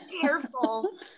careful